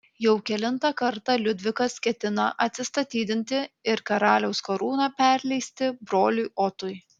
jau kelintą kartą liudvikas ketina atsistatydinti ir karaliaus karūną perleisti broliui otui